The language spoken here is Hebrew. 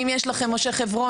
אם יש לכם את משה חברוני,